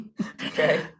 Okay